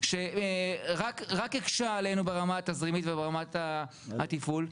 שרק הקשה עלינו ברמה התזרימית וברמת התפעול,